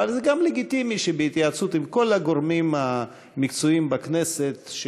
אבל זה גם לגיטימי שבהתייעצות עם כל הגורמים המקצועיים בכנסת,